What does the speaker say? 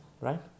right